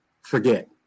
forget